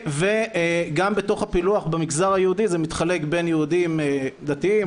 וגם בתוך הפילוח במגזר היהודי זה מתחלק בין יהודים דתיים,